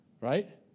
right